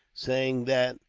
saying that,